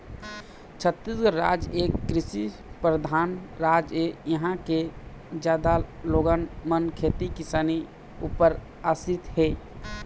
छत्तीसगढ़ राज एक कृषि परधान राज ऐ, इहाँ के जादा लोगन मन खेती किसानी ऊपर आसरित हे